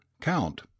Count